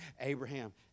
Abraham